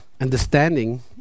understanding